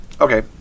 Okay